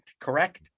correct